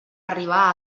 arribar